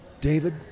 David